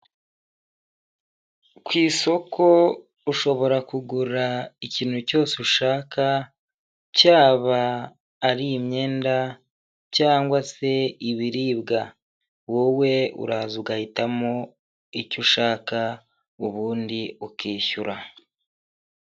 Ku isoko ushobora kugura ikintu cyose ushaka cyaba ari imyenda cyangwa se ibiribwa, wowe uraza ugahitamo icyo ushaka ubundi ukishyura.